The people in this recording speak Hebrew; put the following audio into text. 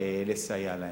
לסייע להם.